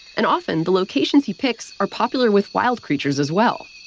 and often, the locations he picks are popular with wild creatures, as well.